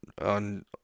on